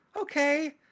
Okay